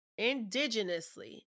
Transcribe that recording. indigenously